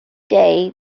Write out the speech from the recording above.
day